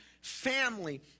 family